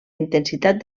intensitat